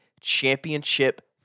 championship